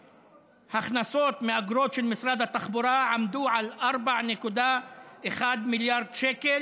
ההכנסות מאגרות של משרד התחבורה עמדו על 4.1 מיליארד שקל,